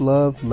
Love